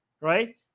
right